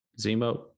zemo